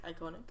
Iconic